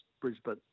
Brisbane